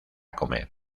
comer